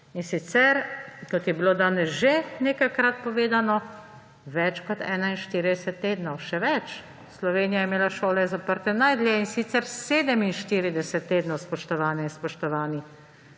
In sicer, kot je bilo danes že nekajkrat povedano, več kot 41 tednov. Še več, Slovenija je imela šole zaprte najdlje, in sicer 47 tednov, spoštovane in spoštovani.